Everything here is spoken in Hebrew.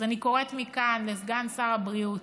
אז אני קוראת מכאן לסגן שר הבריאות: